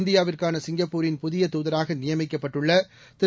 இந்தியாவுக்கான சிங்கப்பூரின் புதிய தூதராக நியமிக்கப்பட்டுள்ள திரு